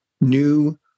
new